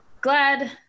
glad